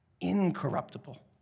incorruptible